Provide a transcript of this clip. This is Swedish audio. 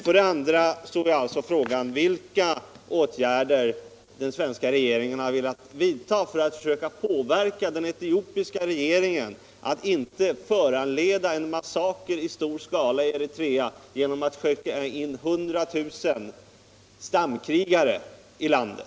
För det andra avser frågan att få till stånd åtgärder från den svenska regeringens sida för att söka påverka den etiopiska regeringen att inte åstadkomma en massaker i stor skala i Eritrea genom att skicka in 100 000 stamkrigare i landet.